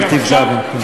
אל תפגע בו.